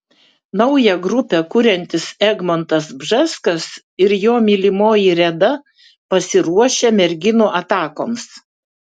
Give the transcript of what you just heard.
naują grupę kuriantis egmontas bžeskas ir jo mylimoji reda pasiruošę merginų atakoms